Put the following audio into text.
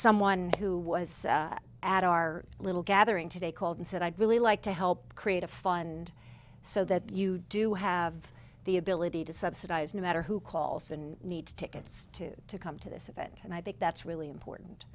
someone who was at our little gathering today called and said i'd really like to help create a fund so that you do have the ability to subsidize no matter who calls and needs tickets to come to this event and i think that's really